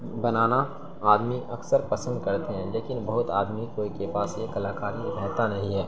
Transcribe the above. بنانا آدمی اکثر پسند کرتے ہیں لیکن بہت آدمی کوئی کے پاس یہ کلاکاری رہتا نہیں ہے